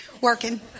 working